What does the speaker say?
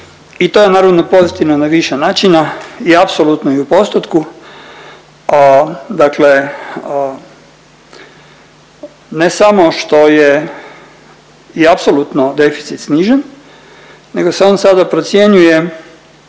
i to je naravno pozitivno na više načina i apsolutno i u postotku. Dakle, ne samo što je i apsolutno deficit snižen nego se on sada procjenjuje